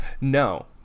no